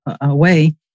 away